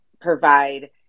provide